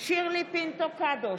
שירלי פינטו קדוש,